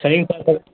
சரிங்க சார் சரி